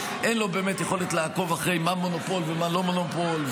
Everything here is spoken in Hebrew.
אין לו באמת יכולת לעקוב אחרי מה מונופול ומה לא מונופול,